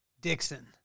Dixon